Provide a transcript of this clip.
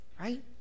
right